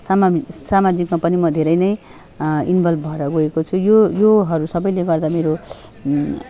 सानिमक सामाजिकमा पनि धेरै नै इन्भल्भ भएर गएको छु यो योहरू सबैले गर्दा मेरो